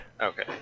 Okay